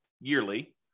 yearly